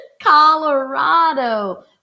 Colorado